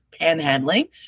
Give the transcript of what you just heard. panhandling